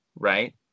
Right